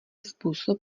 způsob